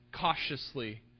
cautiously